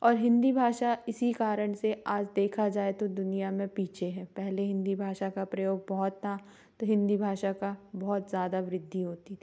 और हिन्दी भाषा इसी कारण से आज देखा जाए तो दुनिया में पीछे है पहले हिन्दी भाषा का प्रयोग बहुत था तो हिन्दी भाषा का बहुत ज़्यादा वृद्धि होती थी